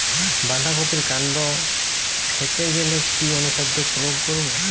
বাঁধা কপির কান্ড ফেঁপে গেলে কি অনুখাদ্য প্রয়োগ করব?